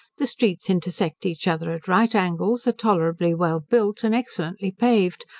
the streets intersect each other at right angles, are tolerably well built, and excellently paved,